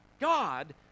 God